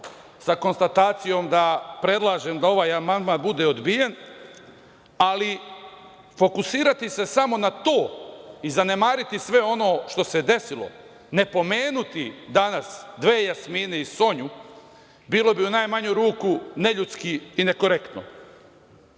sa konstatacijom da predlažem da ovaj amandman bude odbijen, ali fokusirati se samo na to i zanemariti sve ono što se desilo, ne pomenuti danas dve Jasmine i Sonju bilo bi u najmanju ruku neljudski i nekorektno. Drage